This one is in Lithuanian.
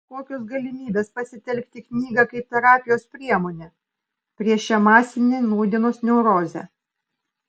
kokios galimybės pasitelkti knygą kaip terapijos priemonę prieš šią masinę nūdienos neurozę